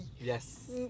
Yes